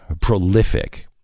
prolific